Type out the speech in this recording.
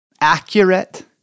accurate